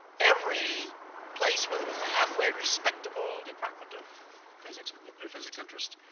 every place where there was a halfway respectable department of physics with nuclear physics interests,